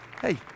Hey